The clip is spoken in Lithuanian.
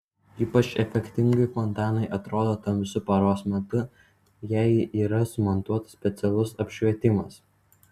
ypač efektingai fontanai atrodo tamsiu paros metu jei yra sumontuotas specialus apšvietimas